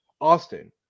Austin